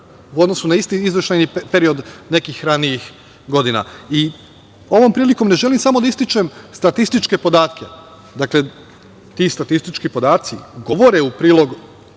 u odnosu na isti izveštajni period nekih ranijih godina. Ovom prilikom ne želim samo da ističem statističke podatke. Dakle, ti statistički podaci govore u prilog